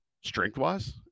strength-wise